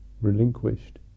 relinquished